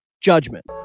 Judgment